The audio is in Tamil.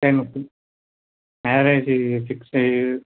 டைம் எப்படி மேரேஜ்ஜி ஃபிக்ஸ்டு